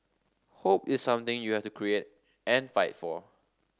hope is something you have to create and fight for